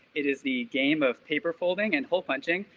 it is the game of paper folding and hole punching,